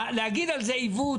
זה לא נכון להגיד שזה עיוות.